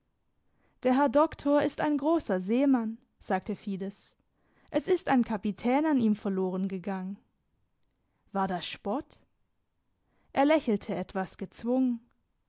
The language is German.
der herr doktor ist ein grosser seemann sagte fides es ist ein kapitän an ihm verloren gegangen war das spott er lächelte etwas gezwungen